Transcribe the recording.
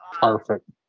perfect